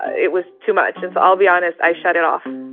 it was too much. and so i'll be honest. i shut it off